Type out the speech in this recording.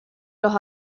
los